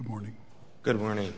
morning good morning